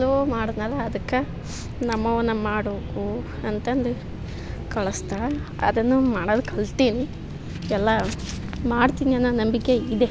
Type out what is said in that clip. slow ಮಾಡ್ನಲ್ಲ ಅದಕ್ಕ ನಮ್ಮವ್ವ ನಮ್ಮ ಮಾಡೂಕು ಅಂತಂದು ಕಳ್ಸ್ತಾಳ ಅದನ್ನು ಮಾಡದು ಕಲ್ತೀನಿ ಎಲ್ಲಾ ಮಾಡ್ತೀನಿ ಅನ್ನೋ ನಂಬಿಕೆ ಇದೆ